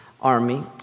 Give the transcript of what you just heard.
army